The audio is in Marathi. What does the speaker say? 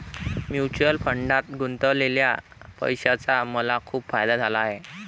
म्युच्युअल फंडात गुंतवलेल्या पैशाचा मला खूप फायदा झाला आहे